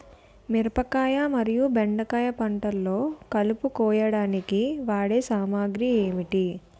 మిరపకాయ మరియు బెండకాయ పంటలో కలుపు కోయడానికి వాడే సామాగ్రి ఏమిటి?